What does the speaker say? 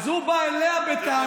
אז הוא בא אליה בטענות.